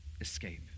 Escape